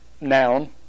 noun